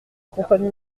compagnie